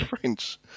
French